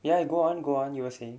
ya go on go on you were saying